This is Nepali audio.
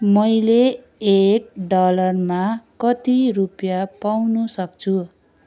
मैले एक डलरमा कति रुपियाँ पाउनु सक्छु